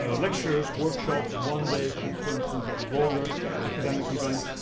lectures, workshops, one day conferences, and longer academic events.